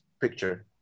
picture